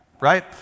right